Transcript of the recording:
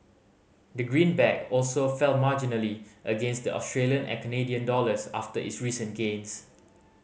the greenback also fell marginally against the Australian and Canadian dollars after its recent gains